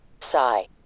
Sigh